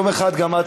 יום אחד גם את,